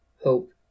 hope